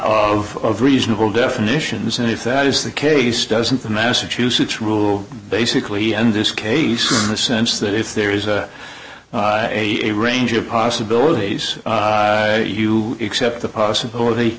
range of reasonable definitions and if that is the case doesn't the massachusetts rule basically end this case in the sense that if there is a range of possibilities you accept the possibility